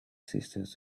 sisters